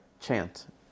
chant